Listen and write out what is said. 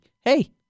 Hey